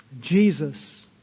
Jesus